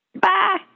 Bye